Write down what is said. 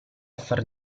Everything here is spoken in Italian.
far